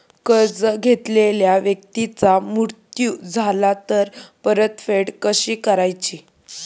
कर्ज घेतलेल्या व्यक्तीचा मृत्यू झाला तर परतफेड कशी करायची?